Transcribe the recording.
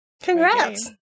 Congrats